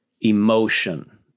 emotion